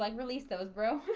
like release that was bro